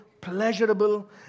pleasurable